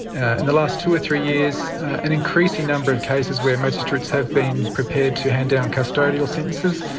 in the last two or three years, an increasing number of cases where magistrates have been prepared to hand down custodial sentences.